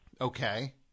Okay